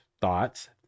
Thoughts